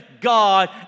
God